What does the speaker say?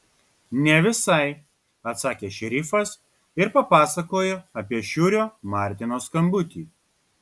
ne visai atsakė šerifas ir papasakojo apie šiurio martino skambutį